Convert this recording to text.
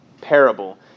parable